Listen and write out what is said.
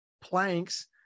planks